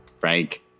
frank